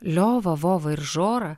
liova vova ir žora